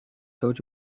told